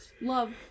love